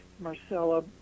Marcella